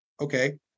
Okay